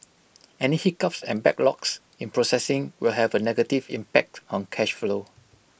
any hiccups and backlogs in processing will have A negative impact on cash flow